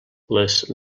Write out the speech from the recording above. les